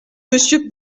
monsieur